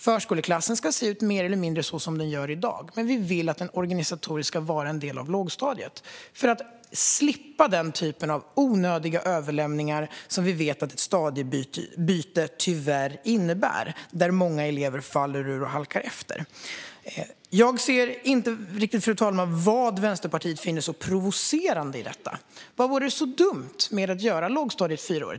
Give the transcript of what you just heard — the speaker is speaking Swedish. Förskoleklassen ska se ut mer eller mindre som den gör i dag, men vi vill att den organisatoriskt ska vara en del av lågstadiet, för att vi ska slippa den typ av onödiga överlämningar som vi vet att ett stadiebyte tyvärr innebär, där många elever faller ur och halkar efter. Jag ser inte riktigt vad Vänsterpartiet finner så provocerande i detta. Vad är så dumt med att göra lågstadiet fyraårigt?